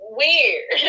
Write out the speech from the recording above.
weird